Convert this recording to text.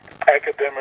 academic